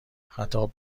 خطاب